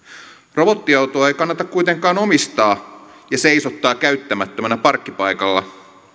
robottiautoa ei kannata kuitenkaan omistaa ja seisottaa käyttämättömänä parkkipaikalla